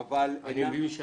אני לא מדברת איתך,